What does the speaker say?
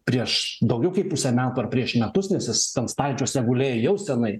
prieš daugiau kaip pusę metų ar prieš metus nes jis ten stalčiuose gulėjo jau seniai